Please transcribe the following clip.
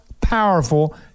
powerful